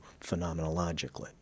phenomenologically